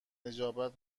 نجابت